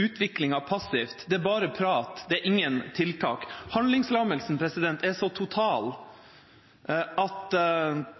utviklinga passivt. Det er bare prat – det er ingen tiltak. Handlingslammelsen er så total at